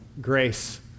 grace